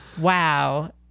wow